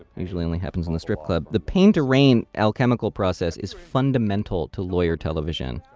usually only happens in the strip club. the paint to rain alchemical process is fundamental to lawyer television.